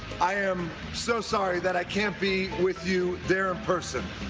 i am so sorry that i cannot be with you there in person.